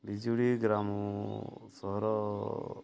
ବିଜୁଳି ଗ୍ରାମ ସହର